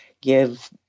give